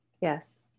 Yes